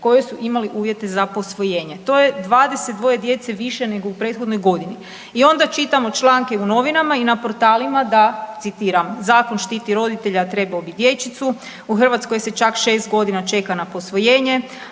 koji su imali uvjete za posvojenje. To je dvadesetdvoje djece više, nego u prethodnoj godini i onda čitamo članke u novinama i na portalima da citiram: „Zakon štiti roditelja, a trebao bi dječicu. U Hrvatskoj se čak 6 godina čeka na posvojenje.